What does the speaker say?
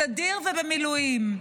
בסדיר ובמילואים.